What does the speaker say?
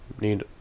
need